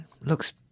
looks